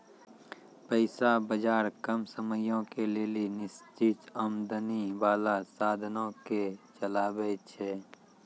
पैसा बजार कम समयो के लेली निश्चित आमदनी बाला साधनो के चलाबै छै